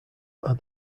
are